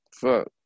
fuck